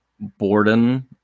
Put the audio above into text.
Borden